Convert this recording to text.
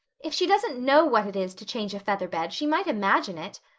if she doesn't know what it is to change a feather bed she might imagine it.